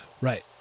Right